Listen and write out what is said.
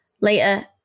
later